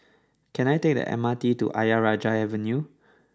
can I take the M R T to Ayer Rajah Avenue